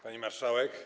Pani Marszałek!